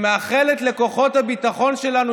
שמאחלת לכוחות הביטחון שלנו,